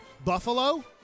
Buffalo